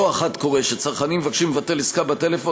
לא אחת קורה שצרכנים מבקשים לבטל עסקה בטלפון